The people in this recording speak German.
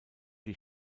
die